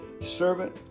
servant